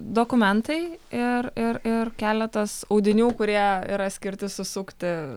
dokumentai ir ir ir keletas audinių kurie yra skirti susukti